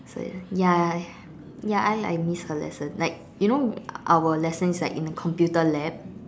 so ya ya I I miss her lesson like you know our lesson is like in a computer lab